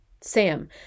Sam